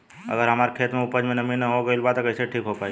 अगर हमार खेत में उपज में नमी न हो गइल बा त कइसे ठीक हो पाई?